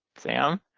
sam